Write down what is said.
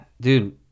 dude